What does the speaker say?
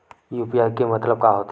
UPI के मतलब का होथे?